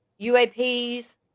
UAPs